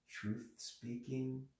truth-speaking